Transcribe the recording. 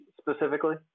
specifically